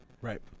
Right